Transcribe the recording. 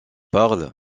parle